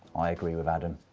i agree with adam.